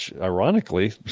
ironically